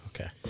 okay